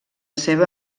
seva